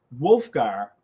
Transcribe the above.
Wolfgar